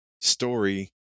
story